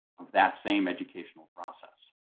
of that same educational process.